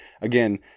again